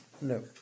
No